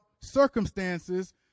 circumstances